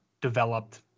developed